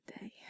day